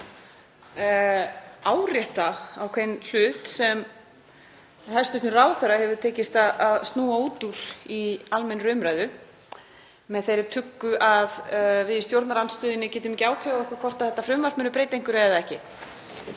árétta ákveðinn hlut sem hæstv. ráðherra hefur tekist að snúa út úr í almennri umræðu með þeirri tuggu að við í stjórnarandstöðunni getum ekki ákveðið okkur hvort þetta frumvarp muni breyta einhverju eða ekki.